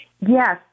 Yes